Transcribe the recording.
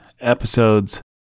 episodes